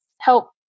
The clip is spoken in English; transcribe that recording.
help